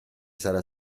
sarà